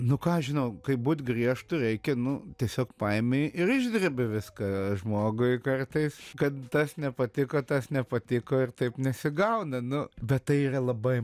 nu ką aš žinau kai būt griežtu reikia nu tiesiog paimi ir išdrebi viską žmogui kartais kad tas nepatiko tas nepatiko ir taip nesigauna nu bet tai yra labai